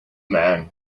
man